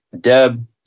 Deb